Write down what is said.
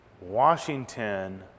Washington